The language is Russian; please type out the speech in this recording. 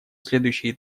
следующий